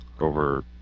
over